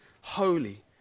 holy